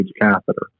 catheter